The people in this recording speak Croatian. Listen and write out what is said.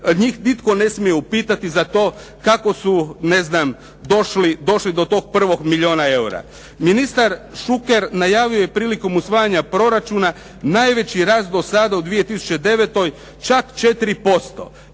njih nitko ne smije upitati za to kako su došli do tog prvog milijuna eura. Ministar Šuker najavio je prilikom usvajanja proračuna najveći rast do sada u 2009. čak 4%,